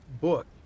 book